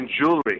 jewelry